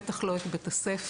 בטח לא את בית הספר.